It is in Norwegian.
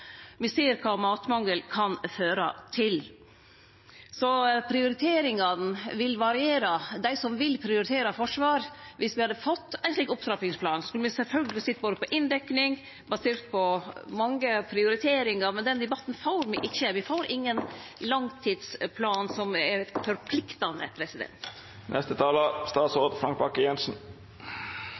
Me ser kva matmangel kan føre til. Så prioriteringane vil variere. Om me som vil prioritere forsvar, hadde fått ein slik opptrappingsplan, skulle me sjølvsagt sett på inndekning basert på mange prioriteringar, men den debatten får me ikkje. Me får ingen langtidsplan som er forpliktande.